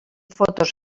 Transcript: fotos